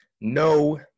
No